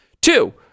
Two